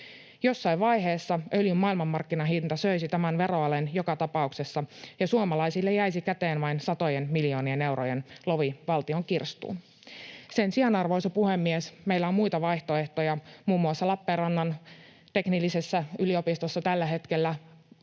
Jossain vaiheessa öljyn maailmanmarkkinahinta söisi tämän veroalen joka tapauksessa ja suomalaisille jäisi käteen vain satojen miljoonien eurojen lovi valtion kirstuun. Sen sijaan, arvoisa puhemies, meillä on muita vaihtoehtoja. Muun muassa Lappeenrannan teknillisessä yliopistossa tällä hetkellä